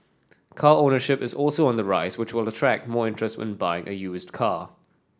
car ownership is also on the rise which will attract more interest in buying a used car